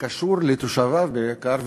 שקשור לתושביו בעיקר,